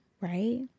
right